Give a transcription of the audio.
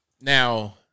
Now